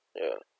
ya